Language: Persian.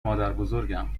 مادربزرگم